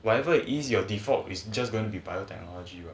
whatever it is your default is just going to be biotechnology